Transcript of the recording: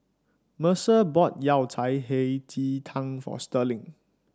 Mercer bought Yao Cai Hei Ji Tang for Sterling